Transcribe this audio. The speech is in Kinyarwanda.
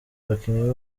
abakinnyi